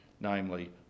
namely